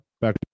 back